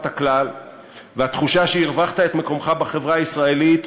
הכלל והתחושה שהרווחת את מקומך בחברה הישראלית,